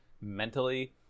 mentally